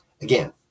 again